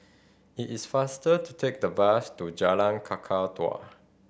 it is faster to take the bus to Jalan Kakatua